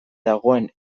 dagoen